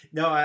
no